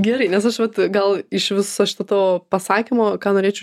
gerai nes aš vat gal iš viso šito tavo pasakymo ką norėčiau